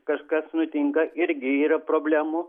kažkas nutinka irgi yra problemų